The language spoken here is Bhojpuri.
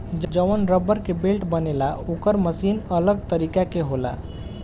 जवन रबड़ के बेल्ट बनेला ओकर मशीन अलग तरीका के होला